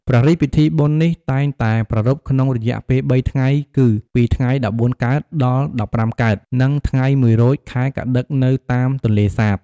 ព្រះរាជពិធីបុណ្យនេះតែងតែប្រារព្ធក្នុងរយៈពេល៣ថ្ងៃគឺពី ថ្ងៃ១៤ កើត ដល់ ១៥កើត និងថ្ងៃ១រោចខែកត្តិក នៅតាមទន្លេសាប។